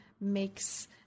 makes